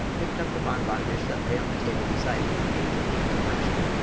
picked up the bonbon dish that lay on the table beside him and ate the pink confection.